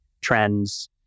trends